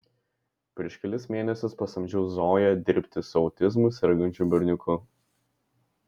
prieš kelis mėnesius pasamdžiau zoją dirbti su autizmu sergančiu berniuku